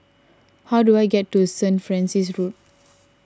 how do I get to Saint Francis Road